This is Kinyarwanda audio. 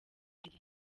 ibiri